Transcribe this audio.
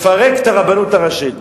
לפרק את הרבנות הראשית.